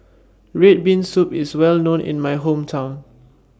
Red Bean Soup IS Well known in My Hometown